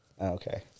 Okay